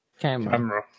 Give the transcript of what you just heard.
camera